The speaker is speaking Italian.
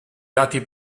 dati